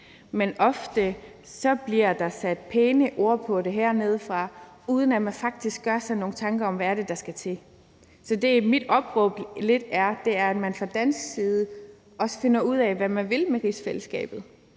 men ofte bliver der sat pæne ord på det hernedefra, uden at man faktisk gør sig nogen tanker om, hvad det er, der skal til. Så mit opråb er lidt, at man fra dansk side også finder ud af, hvad man vil med rigsfællesskabet.